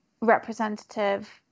representative